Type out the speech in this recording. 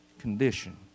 Condition